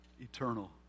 eternal